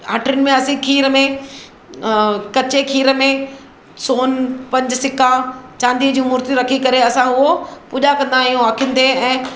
हटड़ियुनि में असीं खीर में कच्चे खीर में सोनु पंज सिका चांदीअ जूं मुर्तियूं रखी करे असां उहो पूॼा कंदा आहियूं अखियुनि ते ऐं